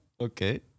Okay